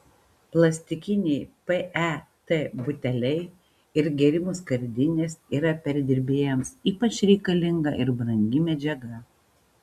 plastikiniai pet buteliai ir gėrimų skardinės yra perdirbėjams ypač reikalinga ir brangi medžiaga